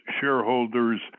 shareholders